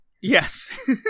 Yes